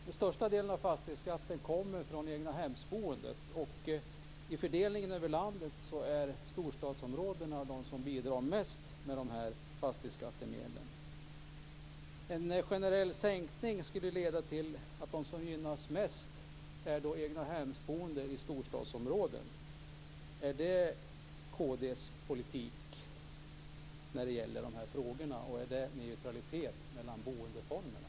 Den största delen av fastighetsskatten kommer från egnahemsboendet, och ser man till hela landet är det storstadsområdena som bidrar mest till fastighetsskattemedlen. En generell sänkning skulle mest gynna egnahemsboende i storstadsområden. Är det kristdemokraternas politik? Skapar det neutralitet mellan boendeformerna?